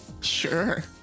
Sure